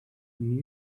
new